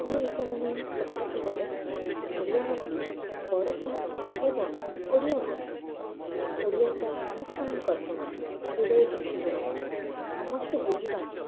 ମୋର୍ ହିସାବେ ମୁଇଁ କହବାର୍କେ ଗଲେ ଓଡ଼ିଆବାସୀ ବଡ଼ସାହାସୀ ଏବଂ ଓଡ଼ିଆଭାସୀ ଓଡ଼ିଆଟା ସମସ୍ତଙ୍କର ହୃଦୟକେ ଛୁଇଁଯାଏସିଁ ସମସ୍ତେ ବୁଝିପାର୍ସନ୍